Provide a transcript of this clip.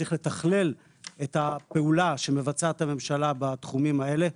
וצריך לתכלל את הפעולה שמבצעת הממשלה בתחומים האלה.